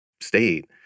state